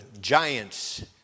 giants